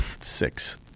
Six